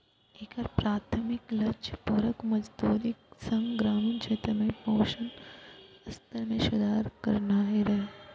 एकर प्राथमिक लक्ष्य पूरक मजदूरीक संग ग्रामीण क्षेत्र में पोषण स्तर मे सुधार करनाय रहै